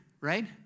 right